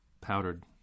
powdered